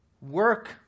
work